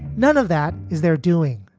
none of that is they're doing.